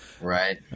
right